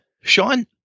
Sean